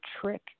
trick